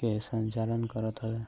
के संचालन करत हवे